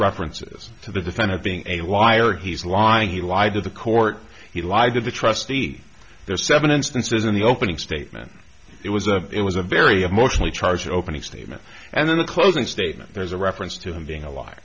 references to the defendant being a liar he's lying he lied to the court he lied to the trustee there seven instances in the opening statement it was a it was a very emotionally charged opening statement and then a closing statement there's a reference to him being a li